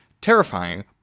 Terrifying